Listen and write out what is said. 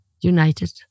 united